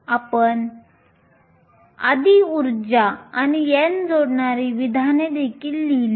आपण आधी ऊर्जा आणि n जोडणारी विधाने देखील लिहिली